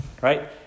Right